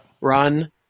run